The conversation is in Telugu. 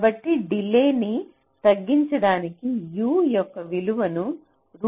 కాబట్టి డిలే న్ని తగ్గించడానికి U యొక్క విలువను √ X గా ఎన్నుకోవాలి